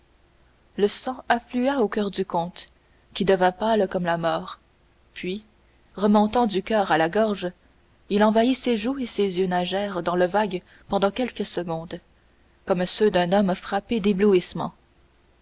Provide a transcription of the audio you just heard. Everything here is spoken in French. le sang afflua au coeur du comte qui devint pâle comme la mort puis remontant du coeur à la gorge il envahit ses joues et ses yeux nagèrent dans le vague pendant quelques secondes comme ceux d'un homme frappé d'éblouissement